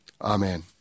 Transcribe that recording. Amen